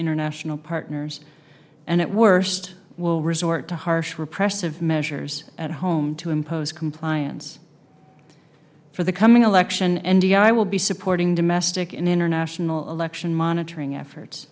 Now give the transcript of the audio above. international partners and at worst will resort to harsh repressive measures at home to impose compliance for the coming election n d i will be supporting domestic and international election monitoring effort